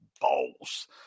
balls